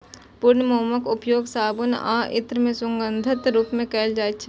पूर्ण मोमक उपयोग साबुन आ इत्र मे सुगंधक रूप मे कैल जाइ छै